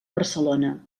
barcelona